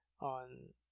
on